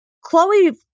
Chloe